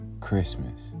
Christmas